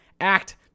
act